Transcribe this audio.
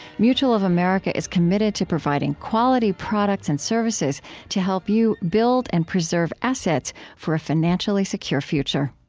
mutual of america is committed to providing quality products and services to help you build and preserve assets for a financially secure future